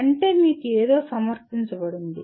అంటే మీకు ఏదో సమర్పించబడింది